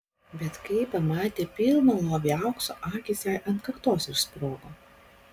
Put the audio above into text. bet kai pamatė pilną lovį aukso akys jai ant kaktos išsprogo